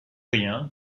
rien